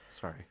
Sorry